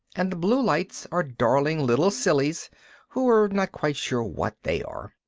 and the blue lights are darling little sillies who are not quite sure what they are.